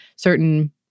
Certain